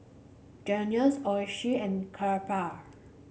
Jergens Oishi and Kappa